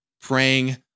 praying